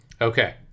Okay